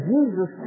Jesus